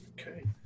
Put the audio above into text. okay